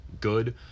good